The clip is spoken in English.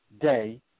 day